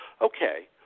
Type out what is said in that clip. okay